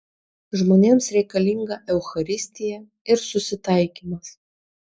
žmonėms reikalinga eucharistija ir susitaikymas